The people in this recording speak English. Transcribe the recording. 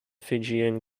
fijian